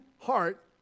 heart